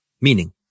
meaning